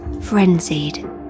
frenzied